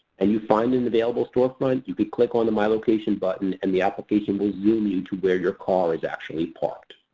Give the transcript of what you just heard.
and you find an available storefront, you can click on the my location button and the application will zoom you to where your car is actually parked.